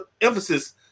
emphasis